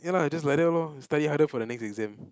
ya lah just like that lor you study harder for the next exam